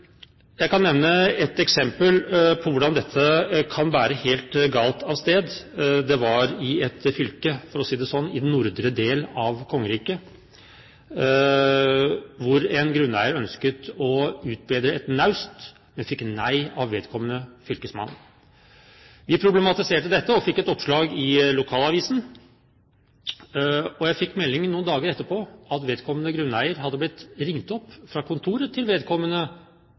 Jeg kan nevne et eksempel på hvordan dette kan bære helt galt av sted. Det var i et fylke – for å si det sånn – i nordre del av kongeriket hvor en grunneier ønsket å utbedre et naust, men fikk nei av vedkommende fylkesmann. De problematiserte dette og fikk et oppslag i lokalavisen. Jeg fikk melding noen dager etterpå om at vedkommende grunneier hadde blitt ringt opp fra kontoret til vedkommende